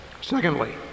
secondly